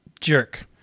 Jerk